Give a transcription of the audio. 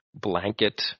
blanket